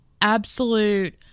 absolute